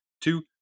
two